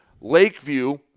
Lakeview